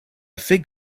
fig